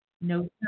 no